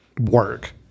work